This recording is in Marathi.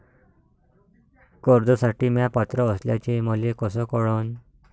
कर्जसाठी म्या पात्र असल्याचे मले कस कळन?